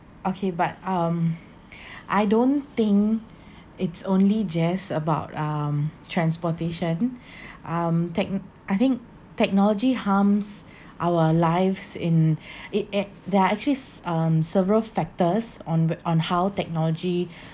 okay but um I don't think it's only just about um transportation um tech~ I think technology harms our lives in it they are actually s~ um several factors on on how technology